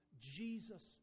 Jesus